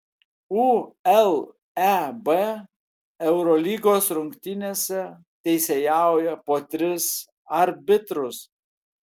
uleb eurolygos rungtynėse teisėjauja po tris arbitrus